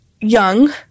young